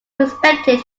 respected